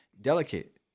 delicate